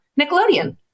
Nickelodeon